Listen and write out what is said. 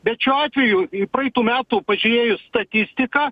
bet šiuo atveju praeitų metų pažiūrėjus statistiką